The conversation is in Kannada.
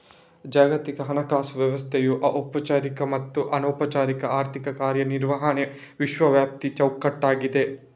ಜಾಗತಿಕ ಹಣಕಾಸು ವ್ಯವಸ್ಥೆಯು ಔಪಚಾರಿಕ ಮತ್ತು ಅನೌಪಚಾರಿಕ ಆರ್ಥಿಕ ಕಾರ್ಯ ನಿರ್ವಹಣೆಯ ವಿಶ್ವವ್ಯಾಪಿ ಚೌಕಟ್ಟಾಗಿದೆ